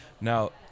Now